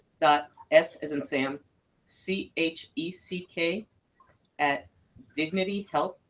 dot s as in sam c h e c k at dignity health,